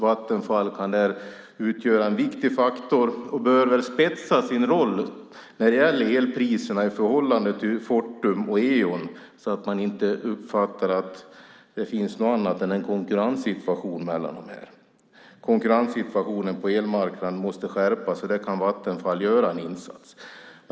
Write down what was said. Vattenfall kan där utgöra en viktig faktor och bör spetsa sin roll när det gäller elpriserna i förhållande till Fortum och Eon så att man inte uppfattar att det finns något annat än en konkurrenssituation mellan dem. Konkurrenssituationen på elmarknaden måste skärpas, och där kan Vattenfall göra en insats.